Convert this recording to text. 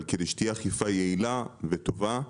אבל כדי שתהיה אכיפה יעילה וטובה,